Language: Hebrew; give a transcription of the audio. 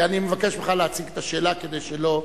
ואני מבקש ממך להציג את השאלה, כדי שלא